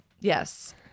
Yes